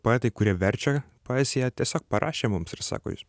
poetai kurie verčia poeziją tiesiog parašė mums ir sako jūs